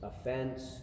offense